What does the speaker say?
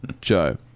Joe